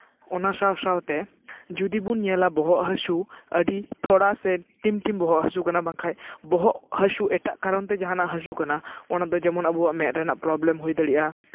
ᱚᱱᱟ ᱥᱟᱶ ᱥᱟᱶᱛᱮ ᱡᱩᱫᱤ ᱵᱚᱱ ᱧᱮᱞᱟ ᱵᱚᱦᱚᱜ ᱦᱟᱹᱥᱩ ᱟᱹᱰᱤ ᱛᱷᱚᱲᱟ ᱥᱮ ᱴᱤᱢ ᱴᱤᱢ ᱵᱚᱦᱚᱜ ᱦᱟᱹᱥᱩ ᱠᱟᱱᱟ ᱵᱟᱝᱠᱷᱟᱱ ᱵᱚᱦᱚᱜ ᱦᱟᱹᱥᱩ ᱮᱴᱟᱜ ᱠᱟᱨᱚᱱ ᱛᱮ ᱡᱟᱦᱟᱱᱟᱜ ᱦᱟᱹᱥᱩ ᱠᱟᱱᱟ ᱚᱱᱟ ᱫᱚ ᱡᱮᱢᱚᱱ ᱟᱵᱚᱣᱟᱜ ᱢᱮᱫ ᱨᱮᱱᱟᱜ ᱯᱨᱚᱵᱽᱞᱮᱢ ᱦᱩᱭ ᱫᱟᱲᱮᱭᱟᱜᱼᱟ